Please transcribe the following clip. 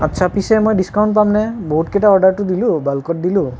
আচ্ছা পিছে মই ডিস্কাউণ্ট পাম নে বহুতকেইটা অৰ্ডাৰটো দিলোঁ বাল্কত দিলোঁ